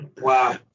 Wow